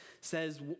says